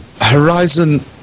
Horizon